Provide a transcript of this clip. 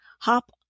Hop